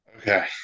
Okay